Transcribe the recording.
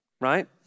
right